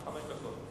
חמש דקות.